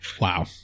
Wow